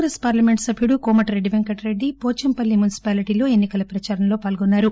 Congress parliament సభ్యుడు కోమటిరెడ్డి వెంకటరెడ్డి పోచంపల్లి మున్సిపాలిటీలో ఎన్ని కల ప్రదారంలో పాల్గొన్నారు